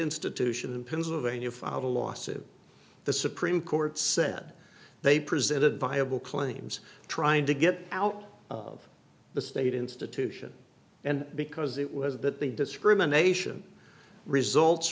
institution in pennsylvania filed a lawsuit the supreme court said they present a viable claims trying to get out of the state institution and because it was that the discrimination results